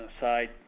side